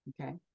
okay